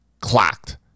clocked